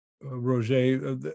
Roger